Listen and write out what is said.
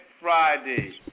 Friday